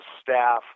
staff